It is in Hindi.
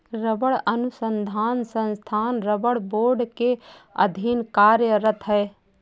रबड़ अनुसंधान संस्थान रबड़ बोर्ड के अधीन कार्यरत है